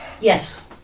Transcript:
Yes